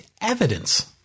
evidence